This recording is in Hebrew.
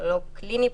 קרימינולוג קליני,